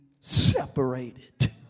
separated